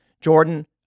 Jordan